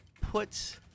put